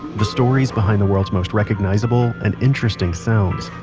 the stories behind the world's most recognizable and interesting sounds.